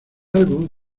álbum